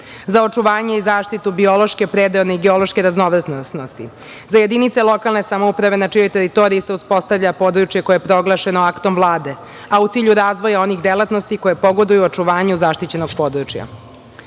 za očuvanje i zaštitu biološke, predeone i geološke raznovrsnosti za jedinice lokalne samouprave na čijoj teritoriji se uspostavlja područje koje je proglašeno aktom Vlade, a u cilju razvoja onih delatnosti koje pogoduju očuvanju zaštićenog područja. Želim